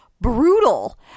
brutal